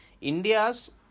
India's